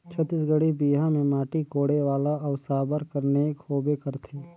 छत्तीसगढ़ी बिहा मे माटी कोड़े वाला अउ साबर कर नेग होबे करथे